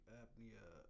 apnea